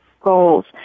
goals